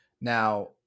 Now